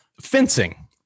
Fencing